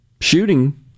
shooting